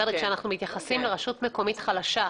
כשאנחנו מתייחסים לרשות מקומית חלשה,